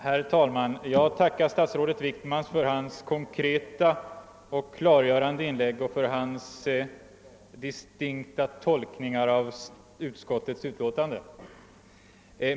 Herr talman! Jag tackar statsrådet Wickman för hans konkreta och klargörande inlägg och för hans distinkta tolkningar av utskottets utlåtande.